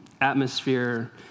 atmosphere